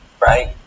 right